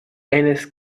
eines